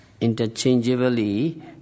interchangeably